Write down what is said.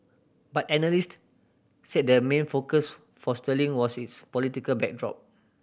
but analyst said the main focus for sterling was its political backdrop